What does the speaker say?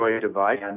device